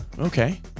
Okay